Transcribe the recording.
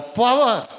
power